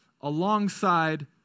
alongside